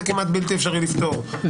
זה כמעט בלתי אפשרי לפתור,